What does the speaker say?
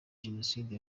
jenoside